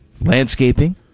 landscaping